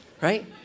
right